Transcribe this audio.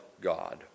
God